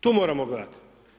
To moramo gledati.